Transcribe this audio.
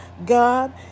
God